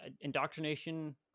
indoctrination